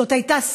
זאת הייתה סאגה,